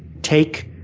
take